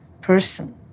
person